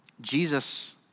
Jesus